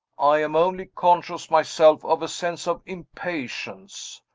i am only conscious, myself, of a sense of impatience.